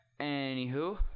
Anywho